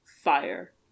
fire